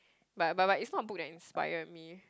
but but but it's not a book that inspired me